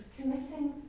committing